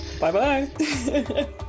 Bye-bye